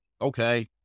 Okay